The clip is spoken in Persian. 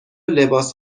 لباس